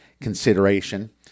consideration